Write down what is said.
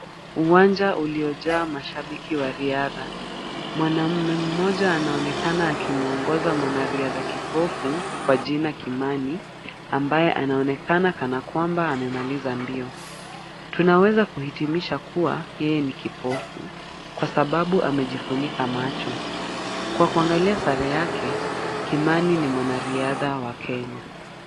Uwanja uliojaa mashabiki wa riadha. Mwanamume mmoja anaonekana akimwongoza mwanariadha kipofu kwa jina Kimani, ambaye anaonekana kana kwamba amemaliza mbio. Tunaweza kuhitimisha kuwa yeye ni kipofu kwa sababu amejifunika macho. Kwa kuangalia sare yake, Kimani ni mwanariadha wa Kenya.